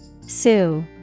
Sue